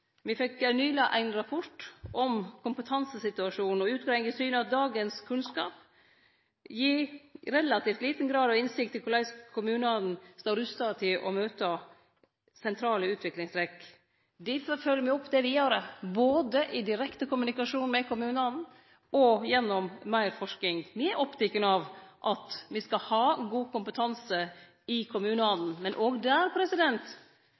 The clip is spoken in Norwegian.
Me fekk nyleg ein rapport om kompetansesituasjonen, og utgreiinga syner at dagens kunnskap gir relativt liten grad av innsikt i korleis kommunane står rusta til å møte sentrale utviklingstrekk. Difor følgjer me opp det me gjer i direkte kommunikasjon med kommunane og gjennom meir forsking. Me er opptekne av at vi skal ha god kompetanse i